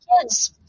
kids